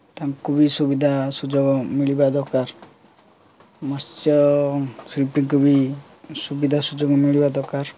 ତାଙ୍କୁ ବି ସୁବିଧା ସୁଯୋଗ ମିଳିବା ଦରକାର ମତ୍ସ୍ୟଶିଳ୍ପୀଙ୍କୁ ବି ସୁବିଧା ସୁଯୋଗ ମିଳିବା ଦରକାର